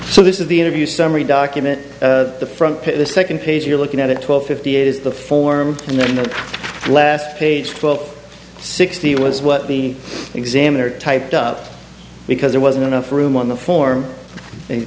so this is the interview summary document the front page the second page you're looking at at twelve fifty eight is the form and then the last page twelve sixty was what the examiner typed up because there wasn't enough room on the form and